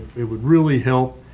it would really help.